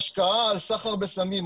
ההשקעה על סחר בסמים,